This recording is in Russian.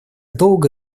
долго